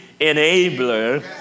enabler